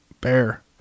bear